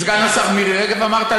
סגן השר, מירי רגב אמרת?